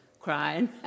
crying